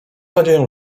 nadzieję